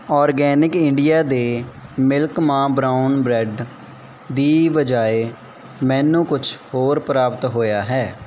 organic India ਦੇ milk ਮਾਂ brown bread ਦੀ ਬਜਾਏ ਮੈਨੂੰ ਕੁਛ ਹੋਰ ਪ੍ਰਾਪਤ ਹੋਇਆ ਹੈ